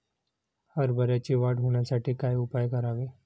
हरभऱ्याची वाढ होण्यासाठी काय उपाय करावे?